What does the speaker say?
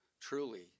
truly